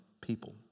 people